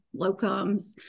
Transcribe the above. locums